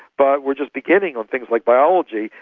but we're just beginning on things like biology.